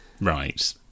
Right